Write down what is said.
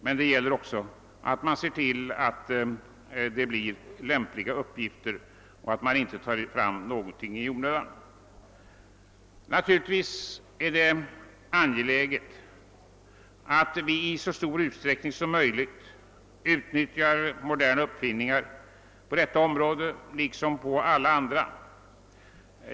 Men det gäller också att se till att det blir lämpliga uppgifter och att man inte tar fram någonting i onödan. Naturligtvis är det angeläget att vi i så stor utsträckning som möjligt utnyttjar moderna uppfinningar, på detta område liksom på alla andra.